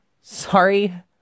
sorry